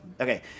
Okay